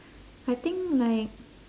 I think like